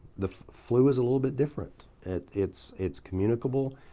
the flu is a little bit different. and it's it's communicable.